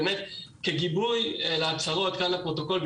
כגיבוי להצהרות כאן לפרוטוקול,